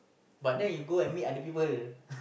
but then you go and meet other people